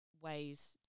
ways